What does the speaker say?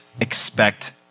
expect